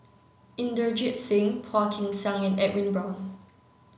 Inderjit Singh Phua Kin Siang and Edwin Brown